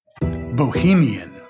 Bohemian